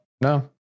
no